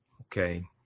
Okay